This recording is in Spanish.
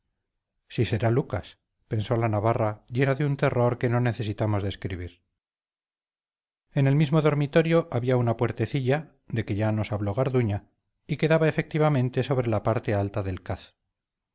si será lucas pensó la navarra llena de un terror que no necesitamos describir en el mismo dormitorio había una puertecilla de que ya nos habló garduña y que daba efectivamente sobre la parte alta del caz